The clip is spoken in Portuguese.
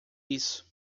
isso